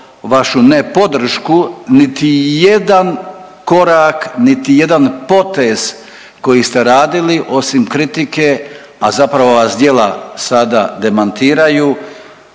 vašu nepodršku niti jedan korak niti jedan potez koji ste radili osim kritike, a zapravo vas djela sada demantiraju